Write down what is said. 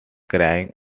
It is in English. crying